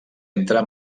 entre